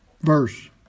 verse